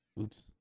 Oops